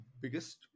biggest